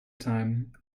time